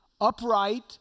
upright